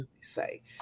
say